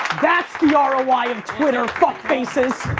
that's the ah roi of twitter, fuck-faces!